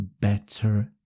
better